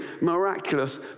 miraculous